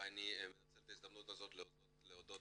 ואני מנצל את ההזדמנות הזאת להודות